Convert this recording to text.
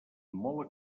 molt